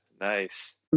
Nice